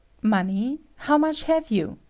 money? how much have you?